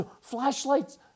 Flashlights